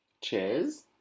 Cheers